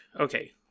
Okay